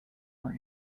more